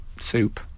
soup